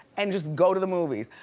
and just go to the movies.